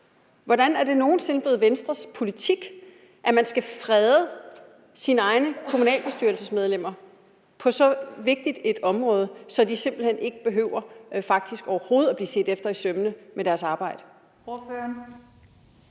Hvordan er det nogen sinde blevet Venstres politik, at man skal frede sine egne kommunalbestyrelsesmedlemmer på så vigtigt et område, så de simpelt hen ikke behøver faktisk overhovedet at blive set efter i sømmene i deres arbejde?